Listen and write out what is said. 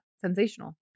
sensational